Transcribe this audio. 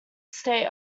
state